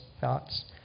thoughts